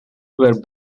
were